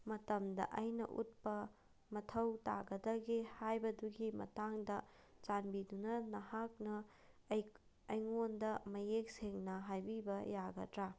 ꯃꯇꯝꯗ ꯑꯩꯅ ꯎꯠꯄ ꯃꯊꯧ ꯇꯥꯒꯗꯒꯦ ꯍꯥꯏꯕꯗꯨꯒꯤ ꯃꯇꯥꯡꯗ ꯆꯥꯟꯕꯤꯗꯨꯅ ꯅꯍꯥꯛꯅ ꯑꯩꯉꯣꯟꯗ ꯃꯌꯦꯛ ꯁꯦꯡꯅ ꯍꯥꯏꯕꯤꯕ ꯌꯥꯒꯗ꯭ꯔꯥ